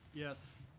yes.